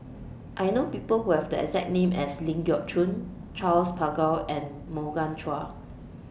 I know People Who Have The exact name as Ling Geok Choon Charles Paglar and Morgan Chua